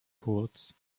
kurz